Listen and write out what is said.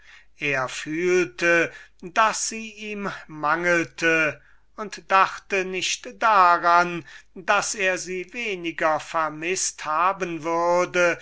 er fühlte daß sie ihm mangelte und dachte nicht daran daß er sie weniger vermißt haben würde